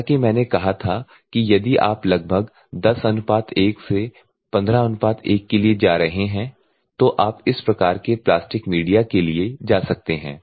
जैसा कि मैंने कहा था कि यदि आप लगभग 10 1 से 151 के लिए जा रहे हैं तो आप इस प्रकार के प्लास्टिक मीडिया के लिए जा सकते हैं